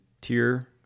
tier